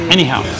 Anyhow